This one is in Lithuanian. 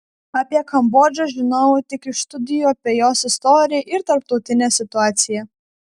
apie kambodžą žinojau tik iš studijų apie jos istoriją ir tarptautinę situaciją